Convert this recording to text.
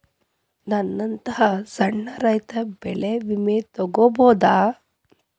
ನನ್ನಂತಾ ಸಣ್ಣ ರೈತ ಬೆಳಿ ವಿಮೆ ತೊಗೊಬೋದ?